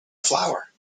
flower